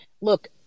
look